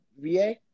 VA